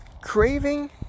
Craving